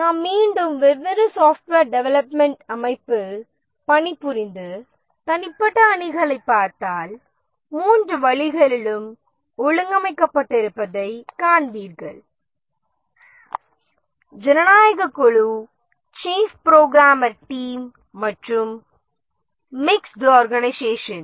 நீங்கள் மீண்டும் வெவ்வேறு சாப்ட்வேர் டெவெலப்மென்ட் அமைப்பில் பணிபுரிந்து தனிப்பட்ட அணிகளைப் பார்த்தால் டீம் மூன்று வழிகளிலும் ஒழுங்கமைக்கப்பட்டிருப்பதைக் காண்பீர்கள் ஜனநாயக குழு சீப்ஹ் புரோகிராமர் டீம் மற்றும் மிக்ஸ்ட் ஆர்கனைசேஷன்